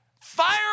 fire